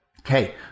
Okay